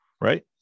right